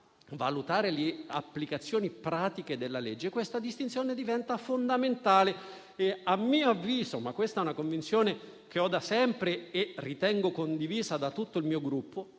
valutare le applicazioni pratiche della legge, questa distinzione diventa fondamentale e - a mio avviso ma questa è una convinzione che ho da sempre e ritengo condivisa da tutto il mio Gruppo